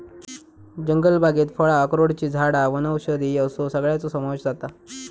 जंगलबागेत फळां, अक्रोडची झाडां वनौषधी असो सगळ्याचो समावेश जाता